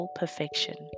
perfection